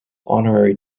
honorary